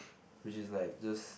which is like just